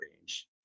range